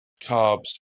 carbs